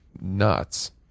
nuts